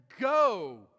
go